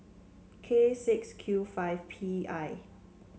K six Q five P I